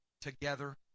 together